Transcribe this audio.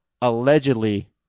allegedly